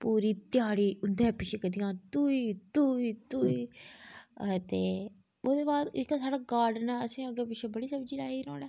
पूरी ध्याड़ी उंदे पिच्छे करदियां तुई तुई तुई अते ओह्दे बाद जेह्का साढ़ा गार्डन ऐ असें अग्गें पिच्छें बड़ी सब्जी लाई दी नुआड़े